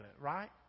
Right